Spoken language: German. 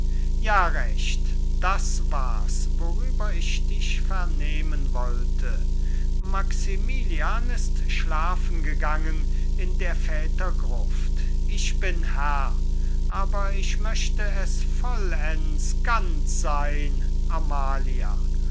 ja recht das wars worüber ich dich vernehmen wollte maximilian ist schlafen gegangen in der väter gruft ich bin herr aber ich möchte es vollends ganz seyn amalia